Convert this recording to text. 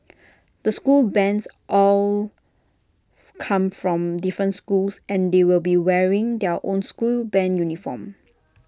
the school bands all come from different schools and they will be wearing their own school Band uniforms